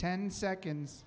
ten seconds